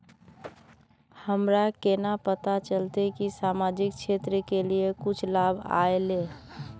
हमरा केना पता चलते की सामाजिक क्षेत्र के लिए कुछ लाभ आयले?